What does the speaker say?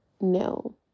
no